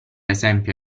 esempio